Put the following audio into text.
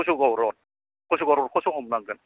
कसुगाव रड कसुगाव रडखौसो हमनांगोन